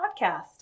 podcast